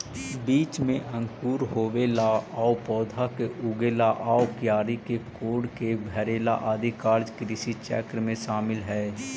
बीज में अंकुर होवेला आउ पौधा के उगेला आउ क्यारी के कोड़के भरेला आदि कार्य कृषिचक्र में शामिल हइ